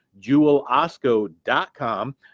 JewelOsco.com